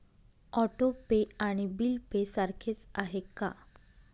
Auto pay आणि bill pay सारखेच आहे का?